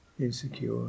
Insecure